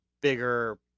bigger